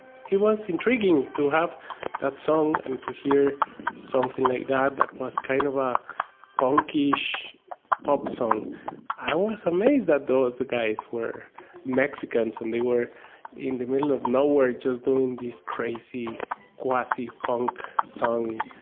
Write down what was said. he was intriguing to have that song and to hear something like that that was kind of a funky ish pop song i was amazed that those guys were mexicans and they were in the middle of nowhere just doing these crazy quasi punk song.